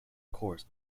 course